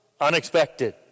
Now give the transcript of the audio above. Unexpected